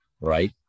right